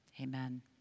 amen